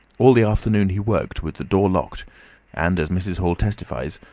all the afternoon he worked with the door locked and, as mrs. hall testifies,